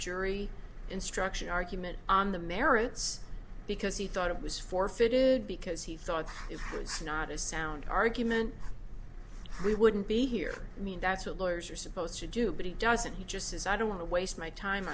jury instruction argument on the merits because he thought it was forfeited because he thought it was not a sound argument we wouldn't be here i mean that's what lawyers are supposed to do but he doesn't he just says i don't want to waste my time